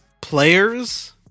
players